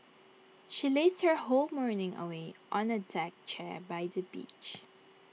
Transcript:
she lazed her whole morning away on A deck chair by the beach